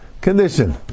Condition